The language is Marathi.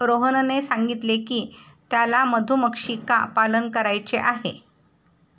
रोहनने सांगितले की त्याला मधुमक्षिका पालन करायचे आहे